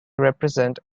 represent